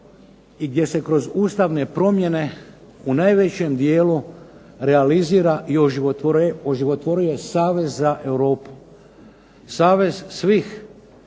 i gdje se kroz ustavne promjene u najvećem dijelu realizira i oživotvoruje savez za Europu, savez svih